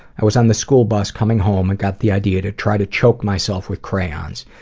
i was on the school bus coming home and got the idea to try to choke myself with crayons.